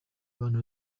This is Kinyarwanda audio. abantu